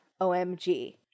OMG